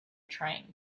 train